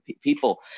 people